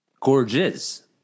gorgeous